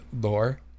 lore